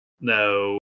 No